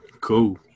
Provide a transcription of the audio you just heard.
Cool